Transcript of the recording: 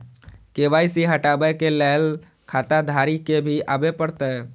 KYC हटाबै के लैल खाता धारी के भी आबे परतै?